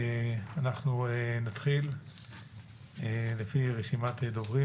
אנחנו נתחיל לפי רשימת דוברים.